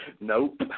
Nope